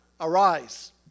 Arise